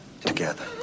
together